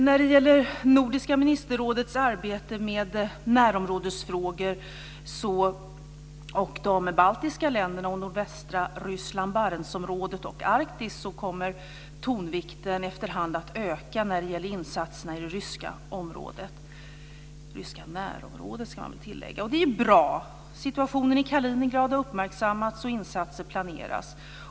När det gäller Nordiska ministerrådets arbete med närområdesfrågor; de baltiska länderna, nordvästra Ryssland, Barentsområdet och Arktis så kommer tonvikten efterhand att öka vad gäller insatserna i det ryska närområdet. Och det är bra! Situationen i Kaliningrad har uppmärksammats, och insatser planeras.